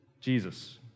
Jesus